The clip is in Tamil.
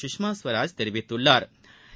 சுஷ்மா ஸ்வராஜ் தெரிவித்துள்ளாா்